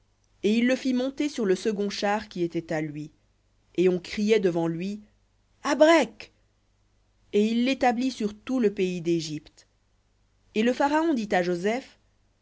et il le fit monter sur le second char qui était à lui et on criait devant lui abrec et il l'établit sur tout le pays dégypte et le pharaon dit à joseph